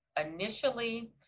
Initially